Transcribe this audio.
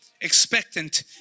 expectant